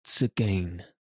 again